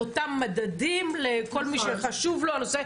על אותם מדדים לכל מי שחשוב לו הנושא.